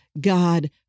God